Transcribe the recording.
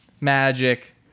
Magic